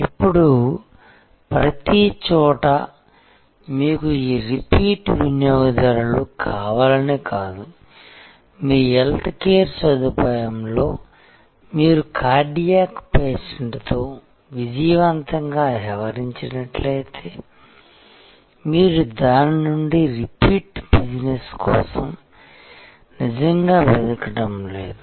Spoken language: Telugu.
ఇప్పుడు ప్రతిచోటా మీకు ఈ రిపీట్ వినియోగదారులు కావాలని కాదు మీ హెల్త్కేర్ సదుపాయం లో మీరు కార్డియాక్ పేషెంట్తో విజయవంతంగా వ్యవహరించినట్లయితే మీరు దాని నుండి రిపీట్ బిజినెస్ కోసం నిజంగా వెతకడం లేదు